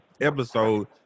episode